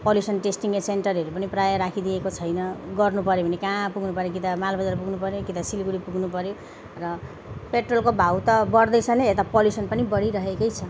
pollution testing सेन्टारहरू पनि प्रायः राखिदिएको छैन गर्नुपर्यो भने कहाँ पुग्नुपर्यो कि त मालबजार पुग्नुपर्यो कि त सिलगढी पुग्नुपर्यो र पेट्रोलको भाउ त अब बढ्दैछ नै यता पल्युसन पनि बढिरहेकै छ